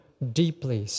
Deeply